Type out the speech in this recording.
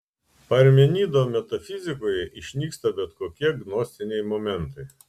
parmenido metafizikoje išnyksta bet kokie gnostiniai momentai